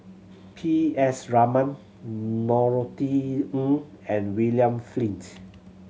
P S Raman Norothy Ng and William Flint